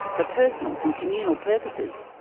for personal and communal purposes.